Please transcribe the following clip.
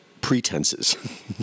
pretenses